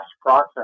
process